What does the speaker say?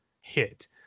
hit